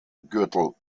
gürtel